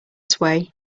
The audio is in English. sway